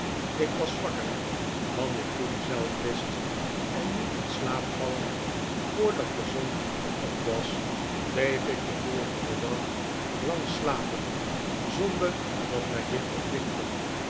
ik was zwakker dan ik toen zelf wist en niet in slaap vallend voordat de zon al op was bleef ik den volgenden dag lang slapen zonder dat mij dit verkwikte